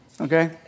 Okay